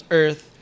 earth